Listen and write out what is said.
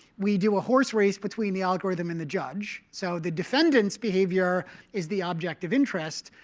we do a horse race between the algorithm and the judge. so the defendant's behavior is the object of interest.